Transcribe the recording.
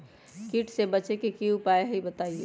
कीट से बचे के की उपाय हैं बताई?